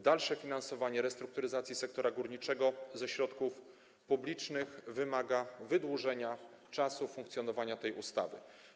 Dalsze finansowanie restrukturyzacji sektora górniczego ze środków publicznych wymaga wydłużenia czasu funkcjonowania tej ustawy.